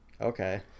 okay